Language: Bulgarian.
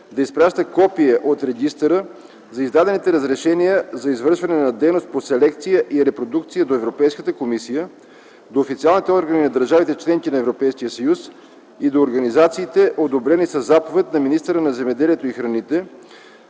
да изпраща копие от регистъра за издадените разрешения за извършване на дейност по селекция и репродукция до Европейската комисия, до официалните органи на държавите – членки на Европейския съюз, и до организациите, одобрени със заповед на министъра на земеделието и храните